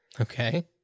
Okay